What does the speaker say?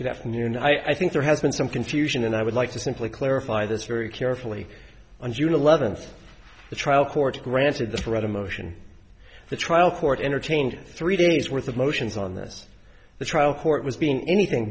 good afternoon i think there has been some confusion and i would like to simply clarify this very carefully on june eleventh the trial court granted this read a motion the trial court entertained three days worth of motions on this the trial court was being anything